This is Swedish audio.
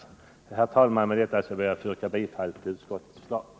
Herr talman! Med detta ber jag att få yrka bifall till utskottets hemställan.